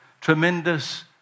tremendous